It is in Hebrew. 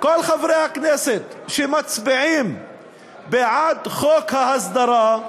כל חברי הכנסת שמצביעים בעד חוק ההסדרה,